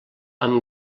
amb